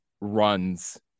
runs